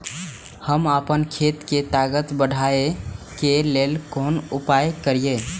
हम आपन खेत के ताकत बढ़ाय के लेल कोन उपाय करिए?